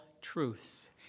truth